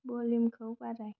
भल्युमखौ बाराय